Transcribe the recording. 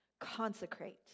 Consecrate